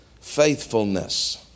faithfulness